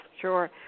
sure